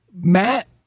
Matt